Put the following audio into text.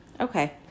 Okay